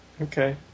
Okay